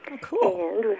cool